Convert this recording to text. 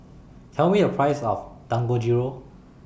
Tell Me The Price of Dangojiru